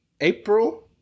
April